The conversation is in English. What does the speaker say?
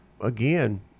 again